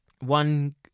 One